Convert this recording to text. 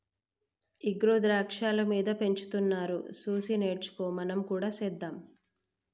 ఇగో ద్రాక్షాలు మీద పెంచుతున్నారు సూసి నేర్చుకో మనం కూడా సెద్దాం